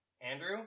Andrew